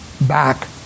back